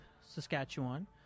saskatchewan